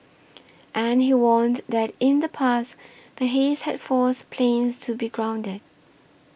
and he warned that in the past the haze had forced planes to be grounded